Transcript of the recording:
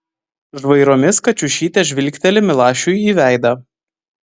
žvairomis kačiušytė žvilgteli milašiui į veidą